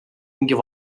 mingit